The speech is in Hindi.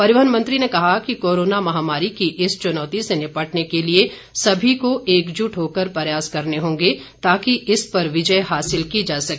परिवहन मंत्री ने कहा कि कोरोना महामारी की इस चुनौती से निपटने के लिए सभी को एकजुट होकर प्रयास करने होंगे ताकि इस पर विजय हासिल की जा सके